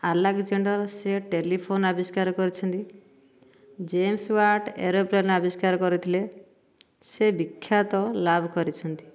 Alexander ସିଏ telephone ଆବିଷ୍କାର କରିଛନ୍ତି ଯେମ୍ସ ୱାଟ୍ ଏରୋପ୍ଲେନ୍ ଆବିଷ୍କାର କରିଥିଲେ ସେ ବିଖ୍ୟାତ ଲାଭ କରିଛନ୍ତି